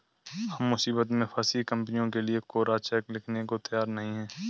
हम मुसीबत में फंसी कंपनियों के लिए कोरा चेक लिखने को तैयार नहीं हैं